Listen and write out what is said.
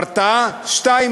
הרתעה, ב.